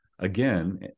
Again